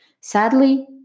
Sadly